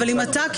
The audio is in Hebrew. אבל אם אתה,